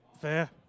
fair